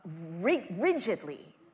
rigidly